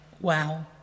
wow